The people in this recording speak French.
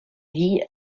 vie